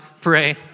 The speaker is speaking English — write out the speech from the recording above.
pray